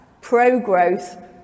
pro-growth